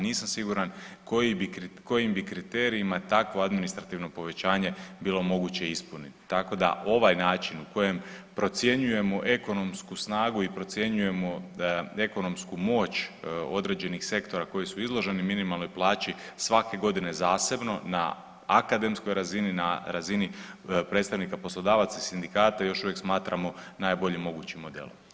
Nisam siguran kojim bi kriterijima takvo administrativno povećanje bilo moguće ispuniti, tako da ovaj način u kojem procjenjujemo ekonomsku snagu i procjenjujemo ekonomsku moć određenih sektora koji su izloženi minimalnoj plaći svake godine zasebno na akademskoj razini, na razini predstavnika poslodavaca i sindikata još uvijek smatramo najboljim mogućim modelom.